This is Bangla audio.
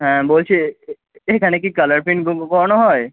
হ্যাঁ বলছি এখানে কি কালার প্রিন্ট করানো হয়